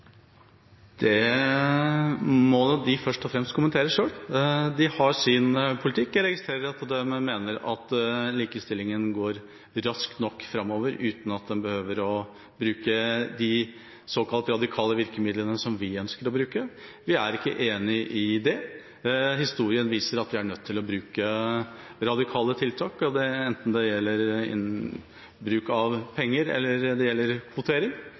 Det må de først og fremst kommentere selv. De har sin politikk. Jeg registrerer at de mener at likestillingen går raskt nok framover, uten at de behøver å bruke de såkalt radikale virkemidlene som vi ønsker å bruke. Vi er ikke enig i det. Historien viser at vi er nødt til å sette inn radikale tiltak, enten det gjelder bruk av penger, eller det gjelder kvotering.